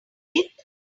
eighth